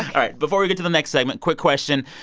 all right. before we get to the next segment, quick question.